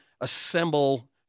assemble